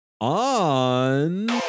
on